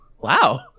wow